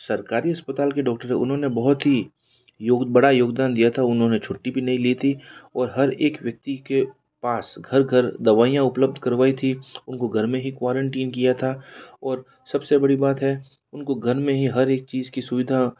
सरकारी अस्पताल के डॉक्टर हैं उन्होंने बहुत ही योग बड़ा योगदान दिया था उन्होंने छुट्टी भी नहीं ली थी और हर एक व्यक्ति के पास घर घर दवाइयाँ उपलब्ध करवाईं थी उन को घर में ही कुआरंटीन किया था और सब से बड़ी बात है उन को घर में ही हर एक चीज़ की सुविधा